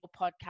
podcast